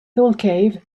thalcave